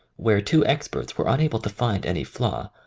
where two experts were unable to find any flaw,